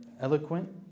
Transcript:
eloquent